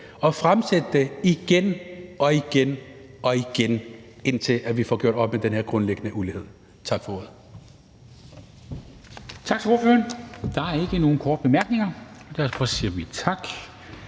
og fremsætte det igen og igen, indtil vi får gjort op med den her grundlæggende ulighed. Tak for ordet.